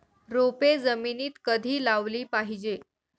रोपे जमिनीत कधी लावली पाहिजे?